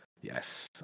Yes